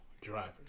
drivers